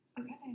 Okay